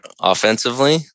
offensively